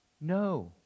No